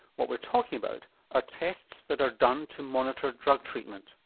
what we're talking about are tests that are done to monitor drug treatment.